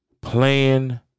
Plan